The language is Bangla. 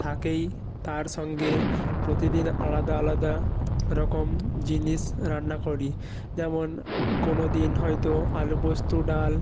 থাকেই তার সঙ্গে প্রতিদিন আলাদা আলাদা রকম জিনিস রান্না করি যেমন কোনোদিন হয়তো আলু পোস্ত ডাল